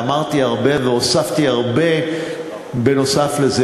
ואמרתי הרבה והוספתי הרבה נוסף על זה,